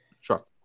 Sure